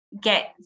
get